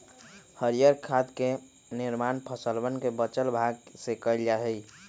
हरीयर खाद के निर्माण फसलवन के बचल भाग से कइल जा हई